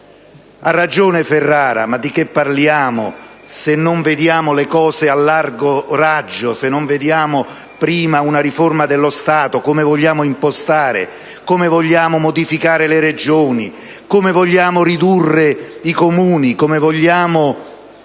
il collega Ferrara: ma di che parliamo se non vediamo le cose a largo raggio, se non vediamo prima una riforma dello Stato, come lo vogliamo impostare, come vogliamo modificare le Regioni, come vogliamo ridurre i Comuni, come vogliamo